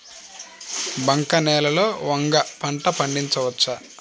బంక నేలలో వంగ పంట పండించవచ్చా?